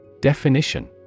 Definition